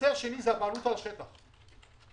החלקות האלה שאנחנו מדברים עליהן ששם קרה האסון,